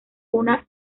una